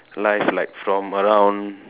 life like from around